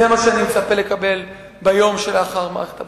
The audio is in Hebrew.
זה מה שאני מצפה לקבל ביום שלאחר מערכת הבחירות.